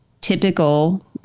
typical